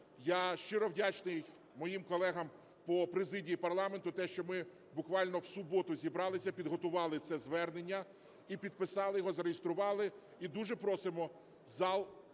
я щиро вдячний моїм колегам по президії парламенту, те, що ми буквально в суботу зібралися, підготували це звернення і підписали його, зареєстрували, і дуже просимо зал